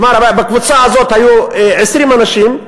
כלומר בקבוצה הזאת היו 20 אנשים,